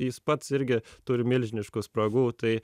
jis pats irgi turi milžiniškų spragų tai